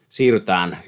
Siirrytään